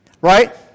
right